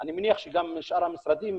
ואני מניח שגם שאר המשרדים